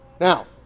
Now